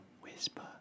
whisper